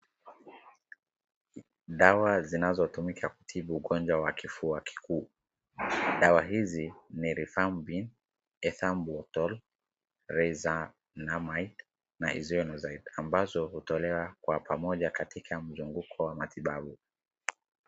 Dawa zinazotumika kutibu ugonjwa wa kifua kikuu. Dawa hizi ni Rifampin, Ethambutol, pyrazinamide Isoniazid na ambazo hutolewa kwa pamoja katika mzunguko wa matibabu.